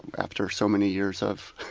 after so many years of,